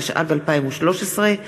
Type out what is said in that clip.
התשע"ג 2013,